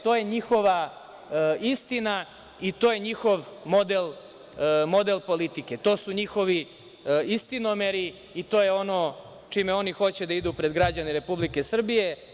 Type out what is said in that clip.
To je njihova istina i to je njihov model politike, to su njihovi „istinomeri“, i to je ono čime oni hoće da idu pred građane Republike Srbije.